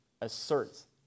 asserts